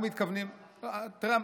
מתכוונים --- לחקור את --- תראה,